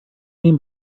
mean